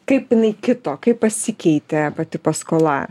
kaip inai kito kaip pasikeitė pati paskola